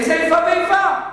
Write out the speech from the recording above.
איזה איפה ואיפה?